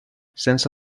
sense